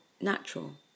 natural